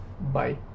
Bye